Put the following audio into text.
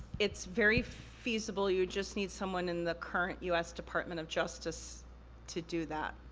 it's very feasible, you'd just need someone in the current u s. department of justice to do that.